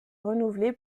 renouvelée